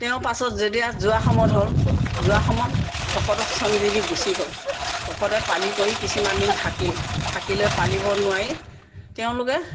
তেওঁ পাছত যেতিয়া যোৱা সময় হ'ল যোৱা সময়ত ভকতক চমজি দি গুচি গ'ল ভকতে পালি কৰি কিছুমান দিন থাকিল থকিলে পালিব নোৱাৰি তেওঁলোকে